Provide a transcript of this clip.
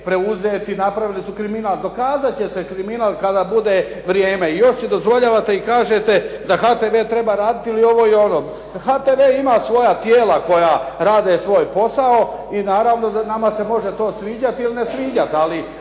preuzeti i napravili su kriminal. Dokazat će se kriminal kada bude vrijeme. I još si dozvoljavate i kažete da HTV treba raditi ili ovo i ono. HTV ima svoja tijela koja rade svoj posao i naravno da nama se može to sviđati ili ne sviđati, ali